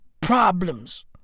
problems